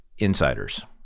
Insiders